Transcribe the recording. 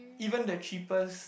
even the cheapest